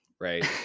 right